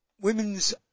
Women's